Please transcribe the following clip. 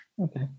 Okay